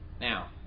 Now